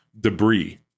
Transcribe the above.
debris